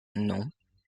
non